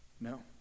No